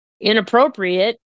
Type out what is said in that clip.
inappropriate